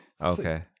okay